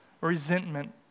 resentment